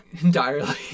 entirely